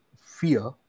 fear